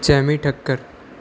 Jamie Thakkar